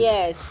Yes